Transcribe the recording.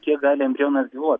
kiek gali embrionas gyvuot